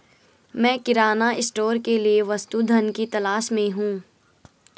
मैं किराना स्टोर के लिए वस्तु धन की तलाश में हूं